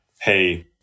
hey